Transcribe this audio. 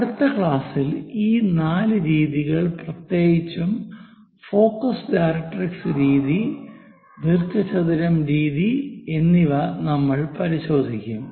അടുത്ത ക്ലാസ്സിൽ ഈ നാല് രീതികൾ പ്രത്യേകിച്ചും ഫോക്കസ് ഡയറക്ട്രിക്സ് രീതി ദീർഘചതുരം രീതി എന്നിവ നമ്മൾ പരിശോധിക്കും